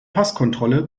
passkontrolle